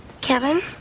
Kevin